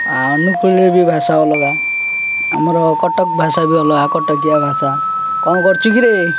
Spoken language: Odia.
ଆଉ ଅନୁଗୁଳରେ ବି ଭାଷା ଅଲଗା ଆମର କଟକ ଭାଷା ବି ଅଲଗା କଟକିଆ ଭାଷା କ'ଣ କରଛୁ କିରେ